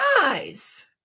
guys